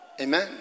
Amen